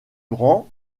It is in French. grand